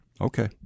Okay